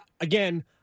again